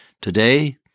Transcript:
today